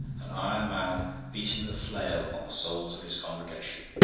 an iron man beating with a flail upon the souls of his congregation.